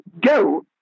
go